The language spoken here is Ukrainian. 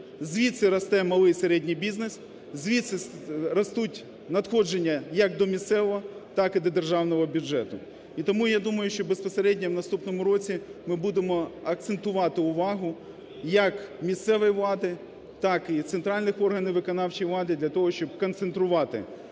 звідси росте малий і середній бізнес, звідси ростуть надходження як до місцевого, так і до державного бюджету. І тому, я думаю, що безпосередньо в наступному році ми будемо акцентувати увагу як місцевої влади, так і центральних органів виконавчої влади, для того, щоб концентрувати